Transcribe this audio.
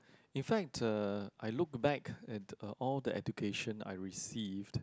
in fact I look back at a all the education I received